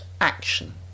action